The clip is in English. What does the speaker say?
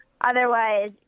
Otherwise